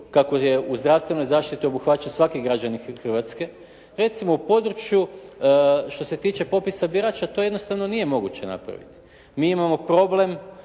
kako je u zdravstvenoj zaštiti obuhvaćen svaki građanin Hrvatske. Recimo u području što se tiče popisa birača to jednostavno nije moguće napraviti. Mi imamo problem